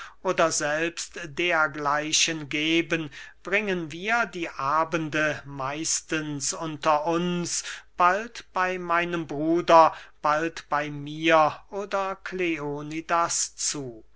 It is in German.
oder selbst dergleichen geben bringen wir die abende meistens unter uns bald bey meinem bruder bald bey mir oder kleonidas zu